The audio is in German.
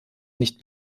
nicht